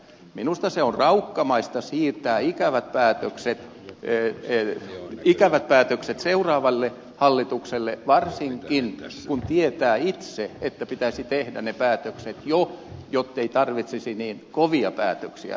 minusta se on raukkamaista siirtää ikävät päätökset seuraavalle hallitukselle varsinkin kun tietää itse että pitäisi tehdä ne päätökset jo jottei tarvitsisi niin kovia päätöksiä tehdä